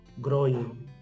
growing